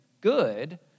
good